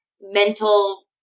mental